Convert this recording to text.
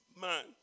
man